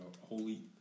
Holy